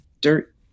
dirt